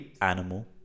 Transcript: animal